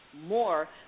more